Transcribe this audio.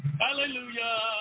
Hallelujah